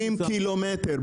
60 קילומטר.